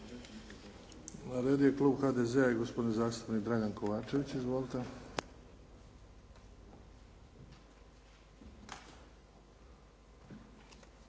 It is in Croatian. Na redu je klub HDZ-a i gospodin zastupnik Dragan Kovačević. Izvolite.